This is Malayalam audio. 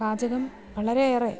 പാചകം വളരെയേറെ